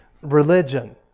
religion